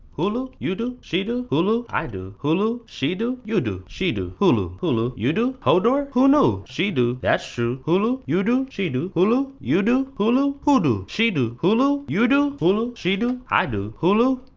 hulu? you do? she do? hulu? i do. hulu? she do? you do. she do? hulu? hulu. you do? hodor? who knew? she do. that's true. hulu? you do? she do? hulu? you do? hulu? who do? she do. hulu? you do? hulu? she do? i do. hulu.